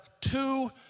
two